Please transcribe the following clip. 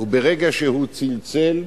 וברגע שהוא צלצל,